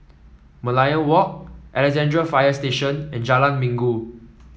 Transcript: Merlion Walk Alexandra Fire Station and Jalan Minggu